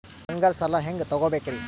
ಬಂಗಾರದ್ ಸಾಲ ಹೆಂಗ್ ತಗೊಬೇಕ್ರಿ?